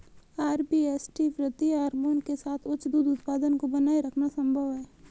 RBST वृद्धि hormone के साथ उच्च दूध उत्पादन को बनाए रखना संभव है